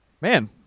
man